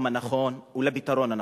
ולמקום מבטחו ולמקום הנכון, ולפתרון הנכון.